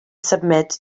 submit